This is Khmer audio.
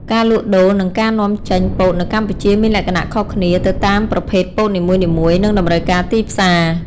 ការលក់ដូរ និងការនាំចេញពោតនៅកម្ពុជាមានលក្ខណៈខុសគ្នាទៅតាមប្រភេទពោតនីមួយៗ និងតម្រូវការទីផ្សារ។